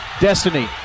Destiny